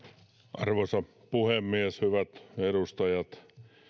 arvoisa puhemies hyvät edustajat